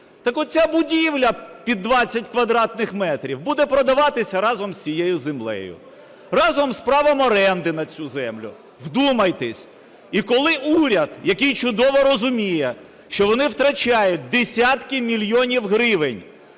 Так от ця будівля, під 20 квадратних метрів, буде продаватися разом з цією землею, разом з правом оренди на цю землю. Вдумайтесь! І, коли уряд, який чудово розуміє, що вони втрачають десятки мільйонів гривень.